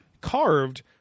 Carved